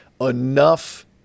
enough